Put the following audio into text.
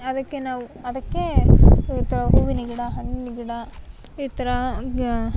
ಅದಕ್ಕೆ ನಾವು ಅದಕ್ಕೆ ಈ ಥರ ಹೂವಿನ ಗಿಡ ಹಣ್ಣಿನ ಗಿಡ ಈ ಥರ